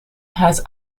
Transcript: has